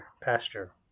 pasture